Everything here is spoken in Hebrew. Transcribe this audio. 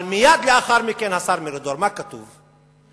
אבל מייד לאחר מכן, השר מרידור, מה כתוב?